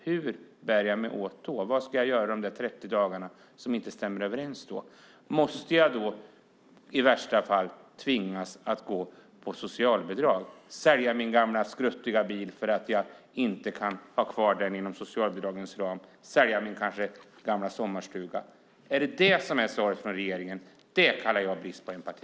Hur bär jag mig åt då? Vad ska jag göra under de 30 dagar som inte stämmer överens? Måste jag i värsta fall tvingas att gå på socialbidrag? Ska jag sälja min gamla skruttiga bil eftersom jag inte kan ha kvar den inom socialbidragets ram? Ska jag sälja min gamla sommarstuga? Är detta svaret från regeringen? Det kallar jag brist på empati.